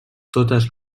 totes